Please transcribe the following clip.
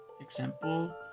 Example